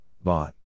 bot